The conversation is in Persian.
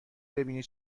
ببینی